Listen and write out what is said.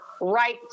right